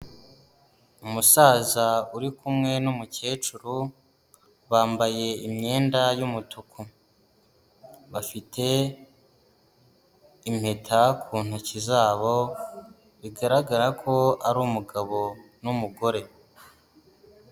Umusaza uri kumwe n'umukecuru, bambaye imyenda y'umutuku, bafite impeta ku ntoki zabo, bigaragara ko ari umugabo n'umugore.